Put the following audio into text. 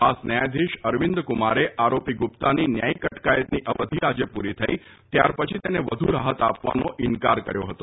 ખાસ ન્યાયાધીશ અરવિંદકુમારે આરોપી ગુપ્તાની ન્યાયિક અટકાયતની અવધિ આજે પૂરી થઈ ત્યાર પછી તેને વધુ રાહત આપવાનો ઇન્કાર કર્યો હતો